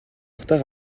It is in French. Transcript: retard